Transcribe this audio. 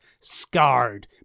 scarred